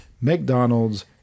McDonald's